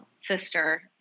sister